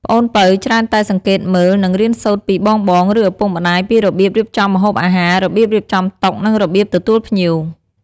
ប្អូនពៅច្រើនតែសង្កេតមើល និងរៀនសូត្រពីបងៗ ឬឪពុកម្ដាយពីរបៀបរៀបចំម្ហូបអាហារ របៀបរៀបចំតុ និងរបៀបទទួលភ្ញៀវ។